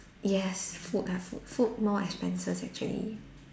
yes food ah food food more expenses actually